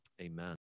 Amen